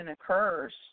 occurs